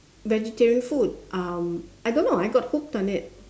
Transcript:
vegetarian food um I don't know I got hooked on it